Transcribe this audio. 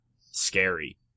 scary